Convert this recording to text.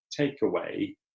takeaway